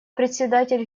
председатель